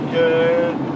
good